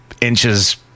inches